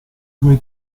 suoi